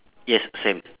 yes same